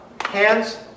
hands